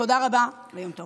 תודה רבה ויום טוב.